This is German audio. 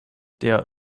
der